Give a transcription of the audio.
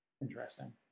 interesting